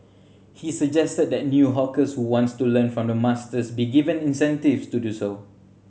he suggested that the new hawkers who want to learn from the masters be given incentives to do so